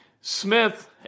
Smith